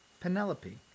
Penelope